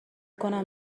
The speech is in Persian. کنم